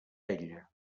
ella